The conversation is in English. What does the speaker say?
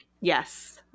Yes